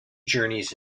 journeys